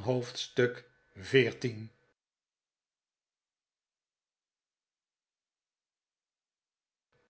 hoofdstuk